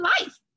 life